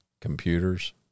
Computers